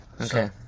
Okay